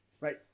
right